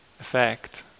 effect